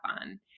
on